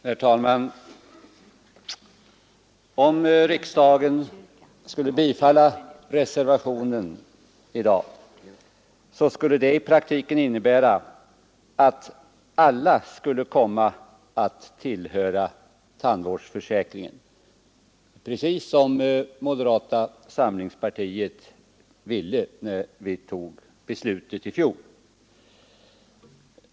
Herr talman! Om riksdagen skulle bifalla reservationen i dag, skulle det i praktiken innebära att alla skulle komma att tillhöra tandvårdsförsäkringen, precis som moderata samlingspartiet ville när vi tog beslutet i fjol.